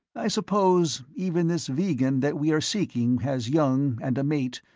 i suppose even this vegan that we are seeking has young, and a mate,